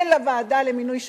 הן לוועדה למינוי שופטים,